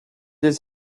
his